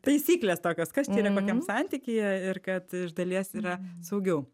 taisyklės tokios kas čia yra kokiam santykyje ir kad iš dalies yra saugiau